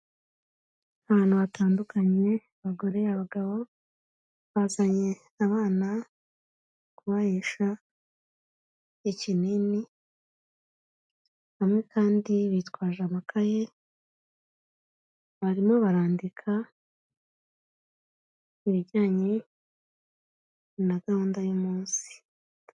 Abantu hatandukanye abagore, abagabo, bazanye abana kubahesha ikinini, bamwe kandi bitwaje amakaye, barimo barandika ibijyanye na gahunda y'umunsi.